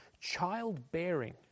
childbearing